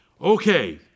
Okay